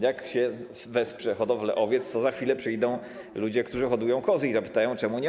Jak się wesprze hodowlę owiec, to za chwilę przyjdą ludzie, którzy hodują kozy i zapytają: Czemu nie my?